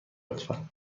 لطفا